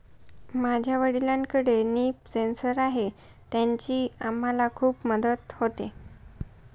माझ्या वडिलांकडे leaf sensor आहे त्याची आम्हाला खूप मदत होते